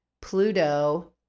Pluto